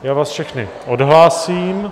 Já vás všechny odhlásím.